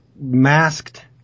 masked